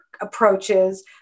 approaches